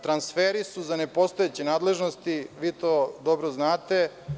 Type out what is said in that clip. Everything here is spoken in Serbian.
Transferi su za nepostojeće nadležnosti, vi to znate.